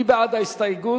מי בעד ההסתייגות?